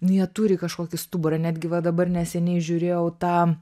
jie turi kažkokį stuburą netgi va dabar neseniai žiūrėjau tą